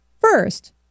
First